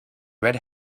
red